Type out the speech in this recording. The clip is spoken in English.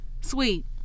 Sweet